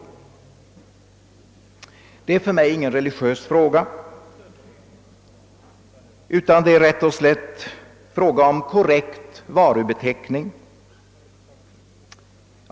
Detta är för mig inte någon religiös fråga utan rätt och slätt en fråga om korrekt varubeteckning.